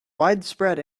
widespread